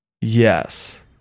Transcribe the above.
Yes